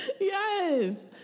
Yes